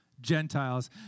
Gentiles